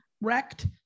wrecked